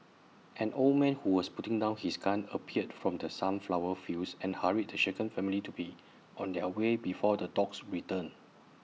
an old man who was putting down his gun appeared from the sunflower fields and hurried the shaken family to be on their way before the dogs return